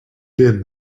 been